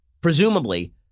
presumably